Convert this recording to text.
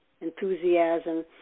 enthusiasm